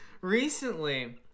Recently